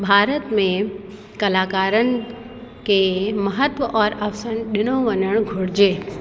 भारत में कलाकारनि के महत्व और अवसर ॾिनो वञणु घुरिजे